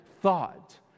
thought